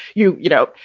you you know,